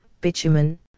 bitumen